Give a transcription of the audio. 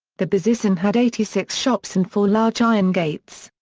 the bezisten had eighty-six shops and four large iron gates.